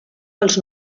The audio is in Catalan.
pels